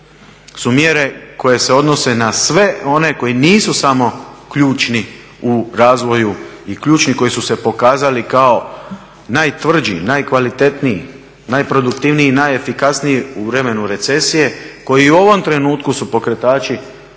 su mjere koje se odnose na sve one koji nisu samo ključni u razvoju i ključni koji su se pokazali kao najtvrđi, najkvalitetniji, najproduktivniji, najefikasniji u vremenu recesije, koji u ovom trenutku su pokretači